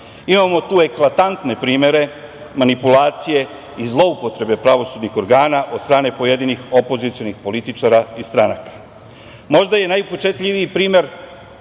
Imamo tu eklatantne primere manipulacije i zloupotrebe pravosudnih organa od strane pojedinih opozicionih političara iz stranaka. Možda je najupečatljiviji primer